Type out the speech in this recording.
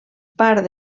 part